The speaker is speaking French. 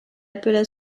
appela